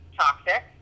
toxic